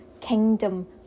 kingdom